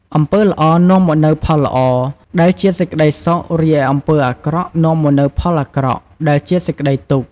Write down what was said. អំពើល្អនាំមកនូវផលល្អ ដែលជាសេចក្ដីសុខ រីឯអំពើអាក្រក់នាំមកនូវផលអាក្រក់ ដែលជាសេចក្ដីទុក្ខ។